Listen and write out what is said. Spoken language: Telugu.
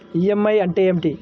ఈ.ఎం.ఐ అంటే ఏమిటి?